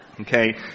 Okay